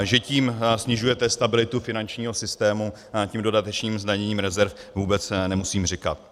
Že tím snižujete stabilitu finančního systému, tím dodatečným zdaněním rezerv, vůbec nemusím říkat.